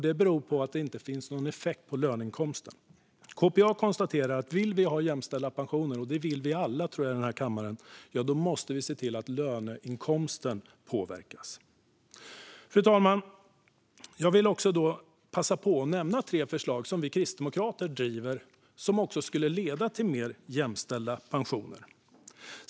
Det beror på att det inte får någon effekt på löneinkomsten. KPA konstaterar att vill vi ha jämställda pensioner, och det vill väl alla i den här kammaren, tror jag, måste vi se till att löneinkomsten påverkas. Fru talman! Jag vill passa på att nämna tre förslag som vi kristdemokrater driver på för och som skulle leda till mer jämställda pensioner.